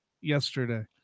yesterday